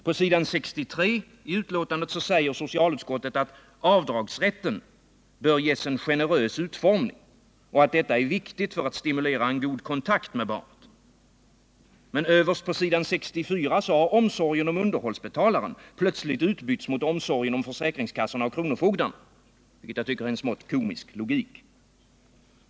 På s. 63 i betänkandet säger socialutskottet att avdragsrätten bör ges en generös utformning och att det är viktigt för att stimulera en god kontakt med Nr 53 barnet. Men överst på s. 64 har omsorgen om underhållsbetalaren plötsligt utbytts mot omsorgen om försäkringskassorna och kronofogdarna, vilket jag tycker är en smått komisk logik.